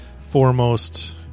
foremost